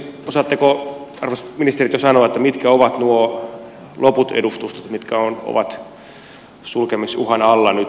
osaatteko arvoisat ministerit jo sanoa mitkä ovat nuo loput edustustot mitkä ovat sulkemisuhan alla nyt